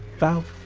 valve,